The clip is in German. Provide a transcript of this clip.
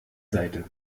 seite